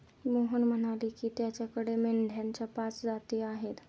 मोहन म्हणाले की, त्याच्याकडे मेंढ्यांच्या पाच जाती आहेत